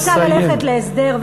שרוצה ללכת להסדר.